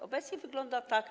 Obecnie wygląda to tak.